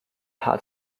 had